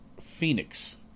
Phoenix